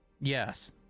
Yes